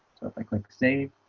if i click save